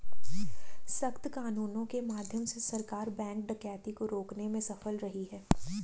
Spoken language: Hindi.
सख्त कानूनों के माध्यम से सरकार बैंक डकैती को रोकने में सफल रही है